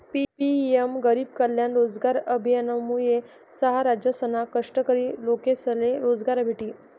PM गरीब कल्याण रोजगार अभियानमुये सहा राज्यसना कष्टकरी लोकेसले रोजगार भेटी